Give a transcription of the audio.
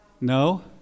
No